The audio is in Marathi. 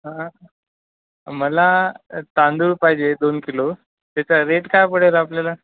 हा मला तांदूळ पाहिजे दोन किलो त्याचा रेट काय पडेल आपल्याला